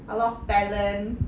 a lot of talent